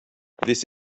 this